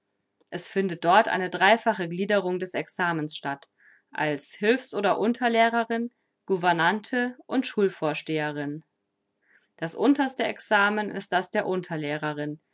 es findet dort eine dreifache gliederung des examens statt als hülfs oder unterlehrerin gouvernante und schulvorsteherin das unterste examen ist das der unterlehrerin